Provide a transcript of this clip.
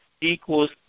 equals